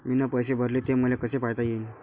मीन पैसे भरले, ते मले कसे पायता येईन?